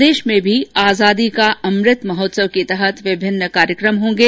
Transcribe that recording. प्रदेश में भी आजादी का अमृत महोत्सव के तहत विभिन्न कार्यक्रम होंगे